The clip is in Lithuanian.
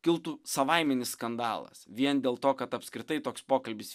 kiltų savaiminis skandalas vien dėl to kad apskritai toks pokalbis